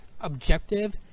objective